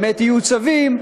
באמת יהיו צווים,